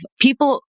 people